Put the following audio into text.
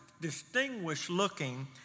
distinguished-looking